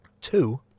Two